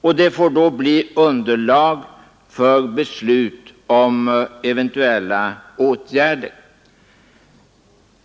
Det får då bli underlag för beslut om eventuella åtgärder.